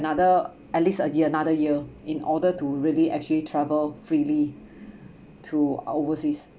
another at least a year another year in order to really actually travel freely to uh overseas